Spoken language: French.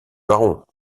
baron